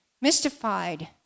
Mystified